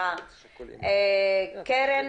קרן